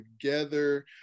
together